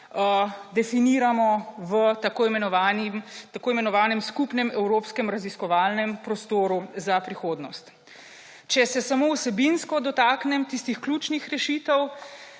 definiramo v tako imenovanem skupnem evropskem raziskovalnem prostoru za prihodnost. Če se samo vsebinsko dotaknem tistih ključnih rešitev.